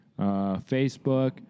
Facebook